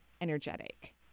energetic